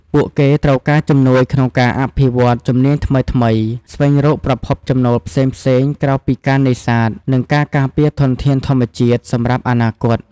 ពួកគេត្រូវការជំនួយក្នុងការអភិវឌ្ឍន៍ ជំនាញថ្មីៗ ស្វែងរក ប្រភពចំណូលផ្សេងៗ ក្រៅពីការនេសាទ និងការការពារធនធានធម្មជាតិ សម្រាប់អនាគត។